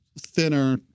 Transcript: thinner